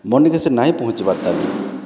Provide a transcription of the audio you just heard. ମନିକେ ସେ ନାଇଁ ପହଞ୍ଚିବାର୍ ତାନି